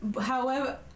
However-